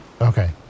Okay